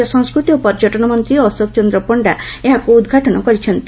ରାଜ୍ୟ ସଂସ୍କୃତି ଓ ପର୍ଯ୍ୟଟନ ମନ୍ତୀ ଅଶୋକ ଚନ୍ଦ ପଶ୍ତା ଏହାକୁ ଉଦଘାଟନ କରିଛନ୍ତି